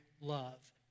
love